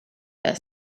this